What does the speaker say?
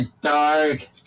dark